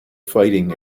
fighting